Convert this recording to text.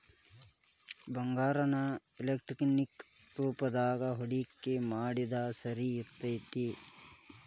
ಬಂಗಾರಾನ ಎಲೆಕ್ಟ್ರಾನಿಕ್ ರೂಪದಾಗ ಹೂಡಿಕಿ ಮಾಡೊದ್ ಸರಿ ಇರ್ತೆತಿ